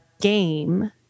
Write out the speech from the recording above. game